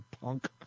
Punk